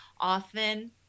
often